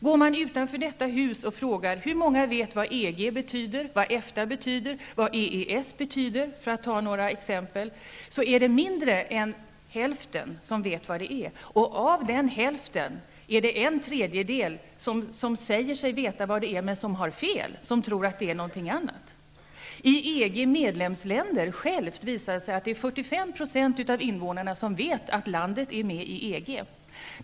Går man utanför detta hus och frågar hur många som vet vad EG betyder, vad EFTA betyder och vad EES betyder -- för att ta några exempel -- finner man att det är mindre än hälften som vet. Av denna hälft är det en tredjedel som säger sig veta men som har fel, dvs. tror att det är något annat. I EGs medlemsländer har det visat sig att 45 % av invånarna vet att landet är medlem i EG.